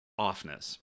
offness